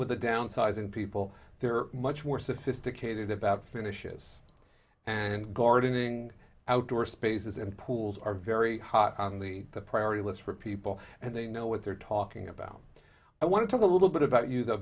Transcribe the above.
with the downsizing people they're much more sophisticated about finishes and gardening outdoor spaces and pools are very hot on the priority list for people and they know what they're talking about i want to talk a little bit about you though